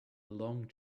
long